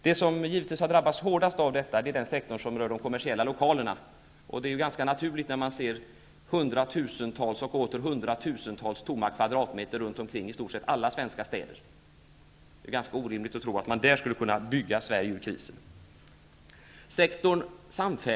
Det är givetvis den sektor som rör de kommersiella lokalerna som har drabbats hårdast av detta, och det är ganska naturligt, när man ser hundratusentals och åter hundratusentals tomma kvadratmeter runt omkring i stort sett alla svenska städer. Det är ganska orimligt att tro att man där skulle kunna bygga Sverige ur krisen.